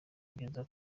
bageze